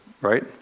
Right